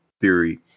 theory